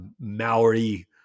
Maori